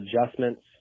adjustments